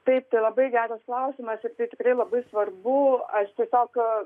taip tai labai geras klausimas ir tikrai labai svarbu aš tiesiog